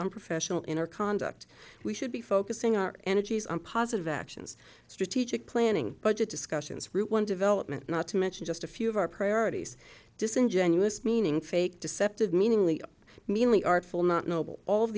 unprofessional in our conduct we should be focusing our energies on positive actions strategic planning budget discussions route one development not to mention just a few of our priorities disingenuous meaning fake deceptive meaningly meanly a